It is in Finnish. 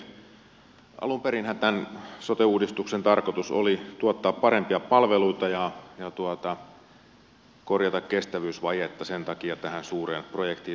alun perinhän tämän sote uudistuksen tarkoitus oli tuottaa parempia palveluita ja korjata kestävyysvajetta sen takia tähän suureen projektiin lähdettiin